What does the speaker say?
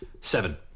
seven